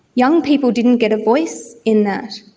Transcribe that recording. young people didn't get a voice in that.